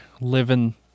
living